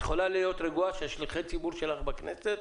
את יכולה להיות רגועה ששליחי הציבור שלך בכנסת